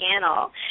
channel